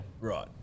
Right